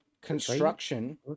construction